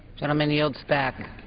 gentleman yields back.